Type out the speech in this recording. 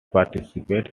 participate